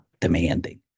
demanding